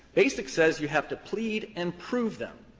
basic says you have to plead and prove them,